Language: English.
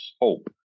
hope